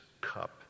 cup